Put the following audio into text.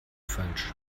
falsch